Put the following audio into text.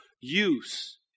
use